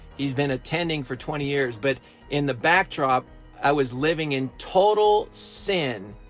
he's been attending for twenty years. but in the backdrop i was living in total sin,